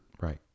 Right